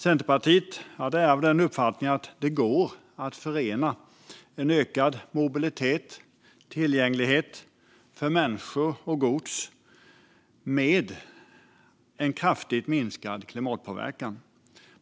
Centerpartiet är av den uppfattningen att det går att förena en ökad mobilitet, tillgänglighet, för människor och gods med en kraftigt minskad klimatpåverkan.